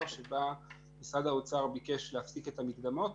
שבה משרד האוצר ביקש להפסיק את המקדמות,